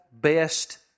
best